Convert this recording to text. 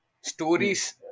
Stories